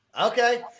Okay